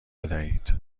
بدهید